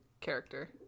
character